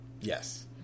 Yes